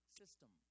system